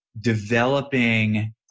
developing